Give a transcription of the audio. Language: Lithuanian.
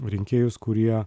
rinkėjus kurie